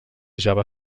java